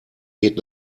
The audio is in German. geht